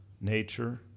nature